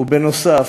בנוסף,